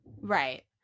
Right